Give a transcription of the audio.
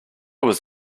was